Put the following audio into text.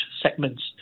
segments